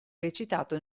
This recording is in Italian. recitato